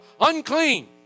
unclean